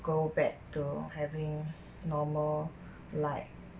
go back to having normal like